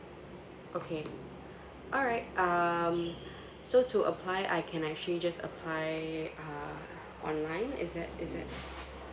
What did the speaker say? okay alright um so to apply I can actually just apply uh online is that is that